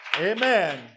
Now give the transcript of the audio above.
Amen